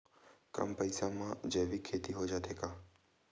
कम पईसा मा जैविक खेती हो जाथे का?